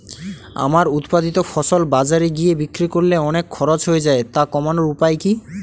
আমার উৎপাদিত ফসল বাজারে গিয়ে বিক্রি করলে অনেক খরচ হয়ে যায় তা কমানোর উপায় কি?